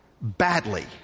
badly